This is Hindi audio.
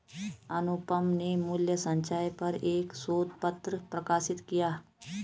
अनुपम ने मूल्य संचय पर एक शोध पत्र प्रकाशित किया